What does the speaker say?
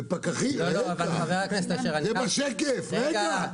לא, אבל חבר הכנסת אשר --- זה בשקף, רגע.